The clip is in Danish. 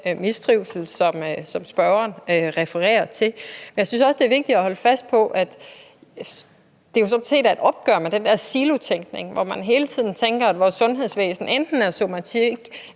mistrivsel, som spørgeren refererer til. Jeg synes også, det er vigtigt at holde fast i, at det jo sådan set er et opgør med den silotænkning, hvor man hele tiden tænker på vores sundhedsvæsen som enten somatik